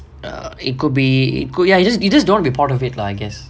or it could be good ya you just you just don't want to be part of it lah I guess